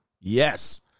Yes